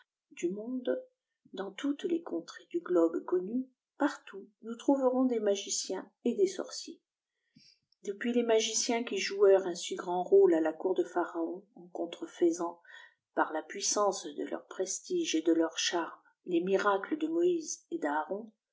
dans toutes les contrées du globe connu partout nous trouverons des magiciens et des sorciers depuis les magiciens qui jouèrent un si grand rôle à la cour de pharaon en contrer feisant par la puissance de leurs prestiges et de leurs charmes les miracles de moïse et d'aôron